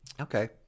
Okay